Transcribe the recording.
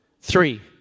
three